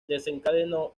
desencadenó